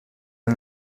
del